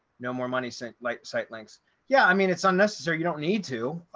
no more money sent like sitelinks yeah, i mean, it's unnecessary, you don't need to,